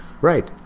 right